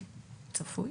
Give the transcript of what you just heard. כצפוי.